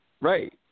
right